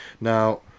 Now